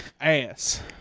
Ass